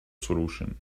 solution